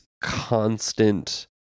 constant